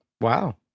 Wow